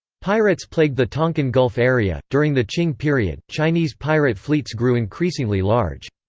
pirates plagued the tonkin gulf area during the qing period, chinese pirate fleets grew increasingly large.